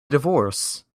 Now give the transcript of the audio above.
divorce